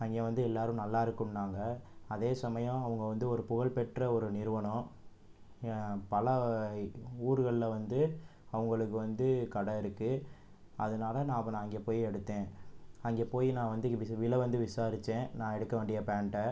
அங்கே வந்து எல்லோரும் நல்லா இருக்குன்னாங்க அதே சமயம் அவங்க வந்து ஒரு புகழ் பெற்ற ஒரு நிறுவனம் பல ஊருகளில் வந்து அவங்களுக்கு வந்து கடை இருக்குது அதனால நான் அவனை அங்கே போய் எடுத்தே அங்கே போய் நான் வந்து இவ்வி வில வந்து விசாரிச்சேன் நான் எடுக்க வேண்டிய பேண்ட்டை